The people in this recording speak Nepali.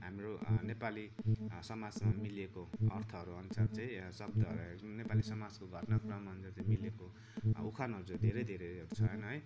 हाम्रो नेपाली समाजमा मिलेको अर्थहरू अनुसार चाहिँ शब्दहरू नेपाली समाजको घटनाक्रम अनुसार चाहिँ मिलेको उखानहरू चाहिँ धेरै धेरैहरू छन् है